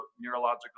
neurological